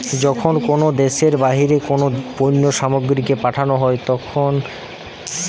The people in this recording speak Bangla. যখন কোনো দ্যাশের বাহিরে কোনো পণ্য সামগ্রীকে পাঠানো হই তাকে এক্সপোর্ট বলে